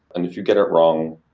and if you get it wrong,